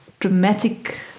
Dramatic